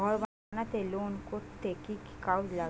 ঘর বানাতে লোন করতে কি কি কাগজ লাগবে?